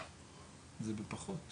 זה בפחות.